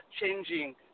changing